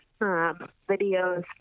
videos